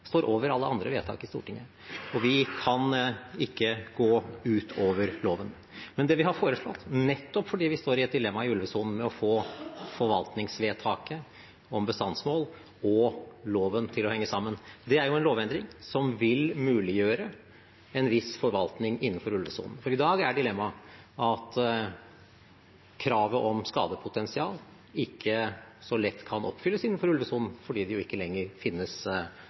står over alle andre vedtak i Stortinget, og vi kan ikke gå ut over loven. Men det vi har foreslått, nettopp fordi vi står i et dilemma i ulvesonen med å få forvaltningsvedtaket om bestandsmål og loven til å henge sammen, er en lovendring som vil muliggjøre en viss forvaltning innenfor ulvesonen. I dag er dilemmaet at kravet om skadepotensial ikke så lett kan oppfylles innenfor ulvesonen, fordi det ikke lenger finnes